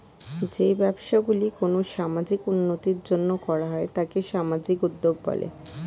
যেই ব্যবসাগুলি কোনো সামাজিক উন্নতির জন্য করা হয় তাকে সামাজিক উদ্যোগ বলে